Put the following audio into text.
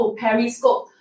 periscope